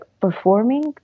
performing